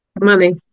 money